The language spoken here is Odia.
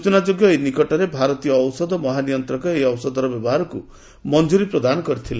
ସ୍କଚନାଯୋଗ୍ୟ ଏଇ ନିକଟରେ ଭାରତୀୟ ଔଷଧ ମହାନିୟନ୍ତ୍ରକ ଏହି ଔଷଧର ବ୍ୟବହାରକୁ ମଂଜୁରୀ ପ୍ରଦାନ କରିଥିଲେ